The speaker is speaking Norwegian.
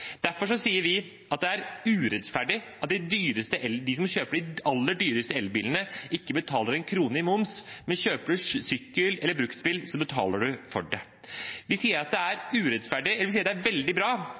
Derfor sier vi det er urettferdig at de som kjøper de aller dyreste elbilene, ikke betaler en krone i moms, men kjøper man sykkel eller bruktbil, betaler man for det. Vi sier det er veldig bra at vi har elektrifisert ferjene våre, for det